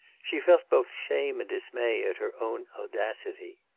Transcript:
she felt both shame and dismay at her own audacity.